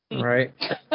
right